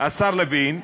השר לוין,